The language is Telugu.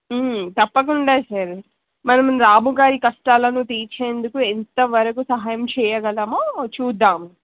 తప్పకుండా సార్ మనం రాము గారి కష్టాలను తీర్చేందుకు ఎంతవరకు సహాయం చేయగలమో చూద్దాము